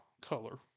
color